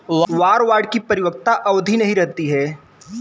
war bond की परिपक्वता अवधि नहीं रहती है